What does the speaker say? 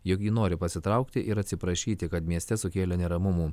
jog ji nori pasitraukti ir atsiprašyti kad mieste sukėlė neramumų